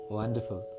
wonderful